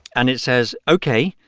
and it says ok,